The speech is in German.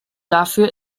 dafür